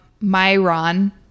Myron